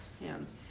hands